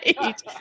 right